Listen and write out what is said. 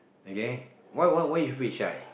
okay why why why you feel shy